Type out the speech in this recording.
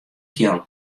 kjeld